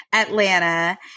Atlanta